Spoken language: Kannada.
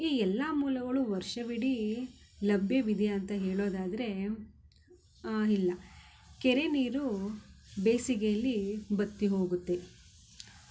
ಈ ಎಲ್ಲ ಮೂಲಗಳು ವರ್ಷವಿಡೀ ಲಭ್ಯವಿದೆ ಅಂತ ಹೇಳೋದಾದರೆ ಇಲ್ಲ ಕೆರೆ ನೀರು ಬೇಸಿಗೆಯಲ್ಲಿ ಬತ್ತಿ ಹೋಗುತ್ತೆ